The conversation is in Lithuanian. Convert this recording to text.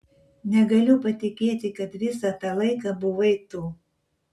negaliu patikėti kad visą tą laiką buvai tu